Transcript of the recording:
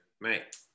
mate